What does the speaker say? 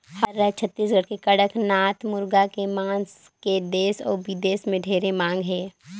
हमर रायज छत्तीसगढ़ के कड़कनाथ मुरगा के मांस के देस अउ बिदेस में ढेरे मांग हे